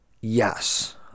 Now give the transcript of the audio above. Yes